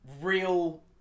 real